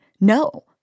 no